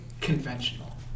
conventional